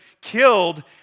killed